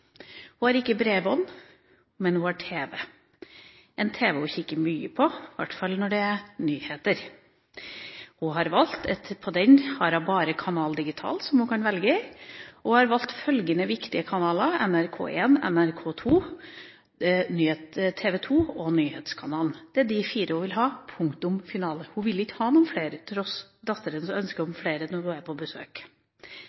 Hun har ikke bredbånd, men hun har tv – en tv hun kikker mye på, i hvert fall når det er nyheter. På den har hun bare Canal Digital som hun kan velge i. Hun har valgt følgende viktige kanaler: NRK1, NRK2, TV 2 og Nyhetskanalen. Det er de fire hun vil ha – punktum finale. Hun vil ikke ha noen flere – tross datterens ønske om